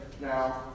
now